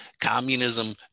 communism